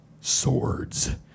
swords